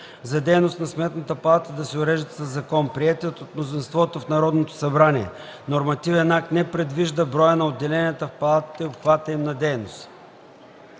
за дейност на Сметната палата да се уреждат със закон. Приетият от мнозинството в Народното събрание нормативен акт не предвижда броя на отделенията в Палатата и обхвата им на дейност.